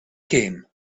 came